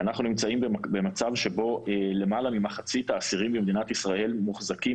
אנחנו נמצאים במצב שבו למעלה ממחצית האסירים במדינת ישראל מוחזקים